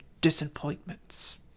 disappointments